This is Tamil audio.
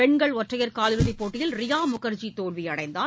பெண்கள் ஒற்றையர் காலிறுதிப் போட்டியில் ரியாமுகர்ஜி தோல்வியடைந்தார்